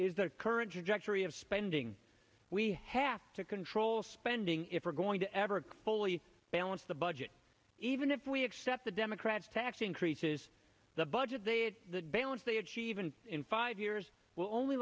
trajectory of spending we have to control spending if we're going to ever fully balance the budget even if we accept the democrats tax increases the budget the balance they achieve in in five years will only